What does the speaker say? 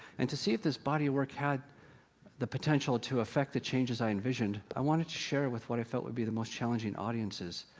and to see if this body of work had the potential to affect the changes i envisioned, i wanted to share it with what i felt would be the most challenging audiences,